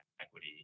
equity